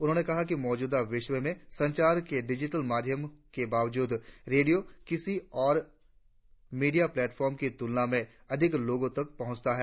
उन्होंने कहा कि मौजूदा विश्व में संचार के डिजिटल माध्यमों के बावजूद रेडियो किसी और मीडिया प्लेटफार्म की तुलना में अधिक लोगों तक पहुंचता हैं